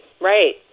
right